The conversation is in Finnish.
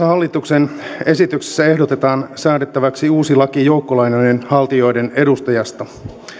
hallituksen esityksessä ehdotetaan säädettäväksi uusi laki joukkolainanhaltijoiden edustajasta